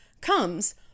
comes